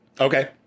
Okay